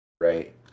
Right